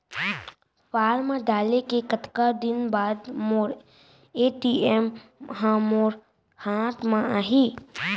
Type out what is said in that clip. Form डाले के कतका दिन बाद मोर ए.टी.एम ह मोर हाथ म आही?